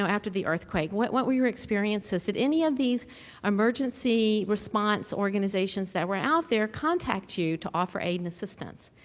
so after the earthquake? what what were your experiences? did any of these emergency response organizations that were out there contact you to offer aid and assistance?